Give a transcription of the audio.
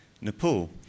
Nepal